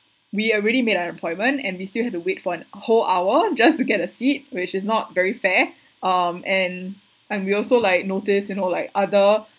we already made an appointment and we still have to wait for an whole hour just to get a seat which is not very fair um and and we also like noticed you know like other